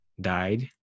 died